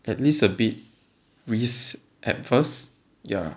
at least a bit risk at first ya